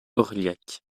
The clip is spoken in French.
orliac